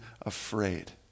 afraid